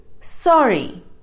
sorry